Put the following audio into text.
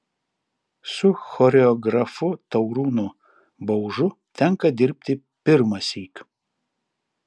su choreografu taurūnu baužu tenka dirbti pirmąsyk